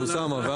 אני